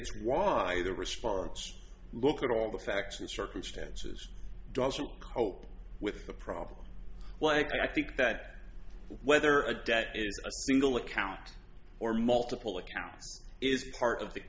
it's why the response look at all the facts and circumstances cope with the problem well i think that whether a debt is a single account or multiple accounts is part of the